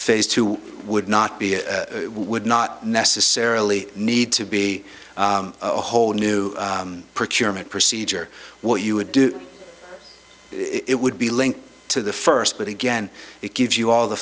phase two would not be a would not necessarily need to be a whole new procurement procedure what you would do it would be linked to the first but again it gives you all the